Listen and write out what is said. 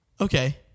Okay